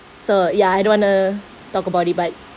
so ya I don't want to talk about it but